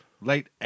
late